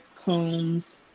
Combs